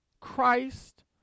Christ